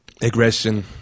aggression